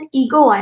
ego